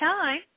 time